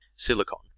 silicon